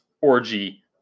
orgy